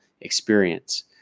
experience